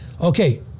okay